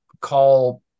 call